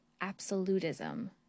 absolutism